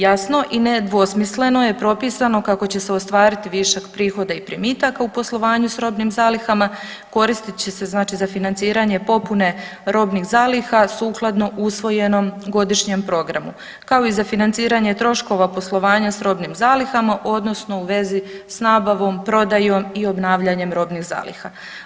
Jasno i nedvosmisleno je propisano kako će se ostvariti višak prihoda i primitaka u poslovanju s robnim zalihama, koristit će se znači za financiranje popune robnih zaliha sukladno usvojenom godišnjem programu, kao i za financiranje troškova poslovanja s robnim zalihama, odnosno u vezi s nabavom, prodajom i obnavljanjem robnih zaliha.